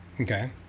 Okay